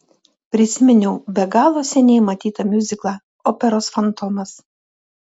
prisiminiau be galo seniai matytą miuziklą operos fantomas